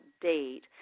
date